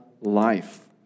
life